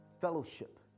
Fellowship